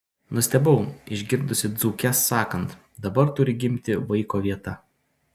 nustebau išgirdusi dzūkes sakant dabar turi gimti vaiko vieta